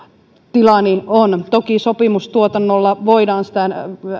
tilani on toki sopimustuotannolla voidaan sitä